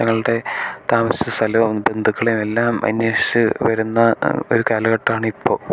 തങ്ങളുടെ താമസ സ്ഥലവും ബന്ധുക്കളെ എല്ലാം അന്വേഷിച്ച് വരുന്ന ഒരു കാലഘട്ടമാണിപ്പോൾ